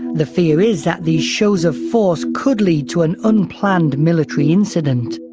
the fear is that these shows of force could lead to an unplanned military incident.